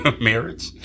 marriage